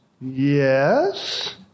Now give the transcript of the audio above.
Yes